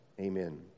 Amen